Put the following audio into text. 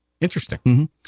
Interesting